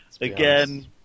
Again